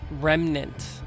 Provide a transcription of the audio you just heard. remnant